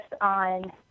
on